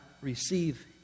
receive